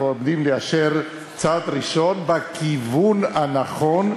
אנחנו עומדים לאשר צעד ראשון בכיוון הנכון,